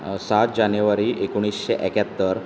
सात जानेवारी एकोणिशें एक्यात्तर